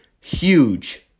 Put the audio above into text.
Huge